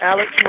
Alex